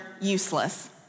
useless